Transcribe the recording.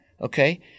okay